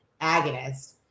agonist